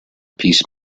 piece